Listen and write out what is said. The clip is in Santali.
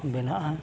ᱵᱮᱱᱟᱜᱼᱟ